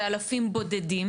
זה אלפים בודדים,